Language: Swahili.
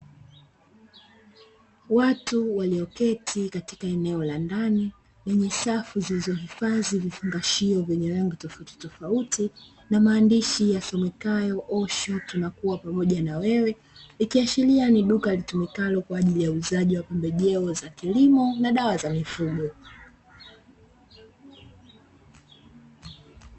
Watu walioketi katika eneo la ndani, lenye safu zilizohifadhi vifungashio vyenye rangi tofautitofauti, na maandishi yasomekayo "Osho tunakuwa pamoja na wewe", ikiashiria ni duka litumikalio kwa ajili ya uuzaji wa pembejeo za kilimo na dawa za mifugo.